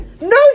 No